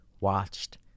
watched